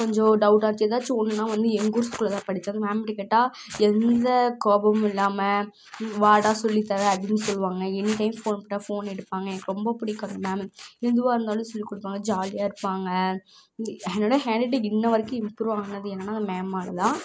கொஞ்சம் டவுட்டாக இருந்துச்சு எதாச்சும் ஒன்றுன்னா வந்து எங்கள் ஊர் ஸ்கூல்லதான் படித்தேன் அந்த மேம்ட கேட்டால் எந்த கோபமும் இல்லாமல் வாடா சொல்லித்தரேன் அப்படின்னு சொல்லுவாங்கள் எனி டைம் ஃபோன் போட்டால் ஃபோன் எடுப்பாங்கள் எனக்கு ரொம்ப பிடிக்கும் அந்த மேமை எதுவாக இருந்தாலும் சொல்லி கொடுப்பாங்க ஜாலியாக இருப்பாங்கள் இங்கே என்னோடய ஹேண்ட் ரைட்டிங் இன்ன வரைக்கும் இம்புரூவ் ஆனது என்னன்னா அந்த மேமால்தான்